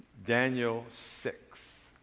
daniel six.